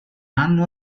anno